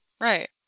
Right